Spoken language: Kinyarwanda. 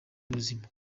y’ubuzima